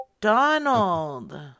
Donald